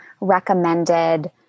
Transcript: recommended